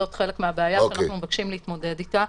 זאת חלק מהבעיה שאנחנו מבקשים להתמודד איתה.